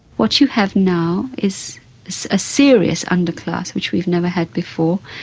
what you have now is a serious underclass which we've never had before,